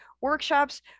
workshops